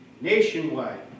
nationwide